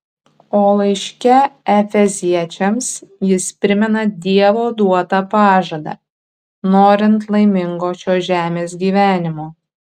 o laiške efeziečiams jis primena dievo duotą pažadą norint laimingo šios žemės gyvenimo